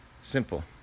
simple